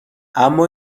اما